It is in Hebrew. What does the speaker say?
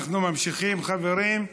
אנחנו ממשיכים, חברים.